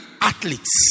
athletes